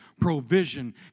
provision